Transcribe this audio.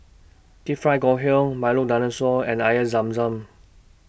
Deep Fried Ngoh Hiang Milo Dinosaur and Air Zam Zam